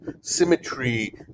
symmetry